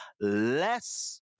less